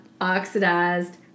oxidized